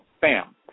Bam